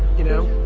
you know,